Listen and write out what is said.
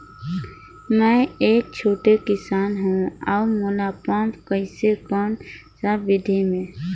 मै एक छोटे किसान हव अउ मोला एप्प कइसे कोन सा विधी मे?